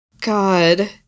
God